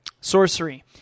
Sorcery